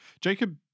Jacob